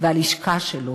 והלשכה שלו,